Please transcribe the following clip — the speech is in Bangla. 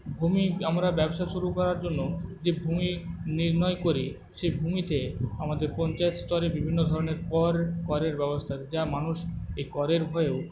ভূমি আমরা ব্যবসা শুরু করার জন্য যে ভূমি নির্ণয় করি সেই ভূমিতে আমাদের পঞ্চায়েত স্তরে বিভিন্ন ধরণের কর করের ব্যবস্থা আছে যা মানুষ এই করের ভয়েও